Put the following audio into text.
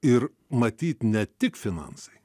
ir matyt ne tik finansai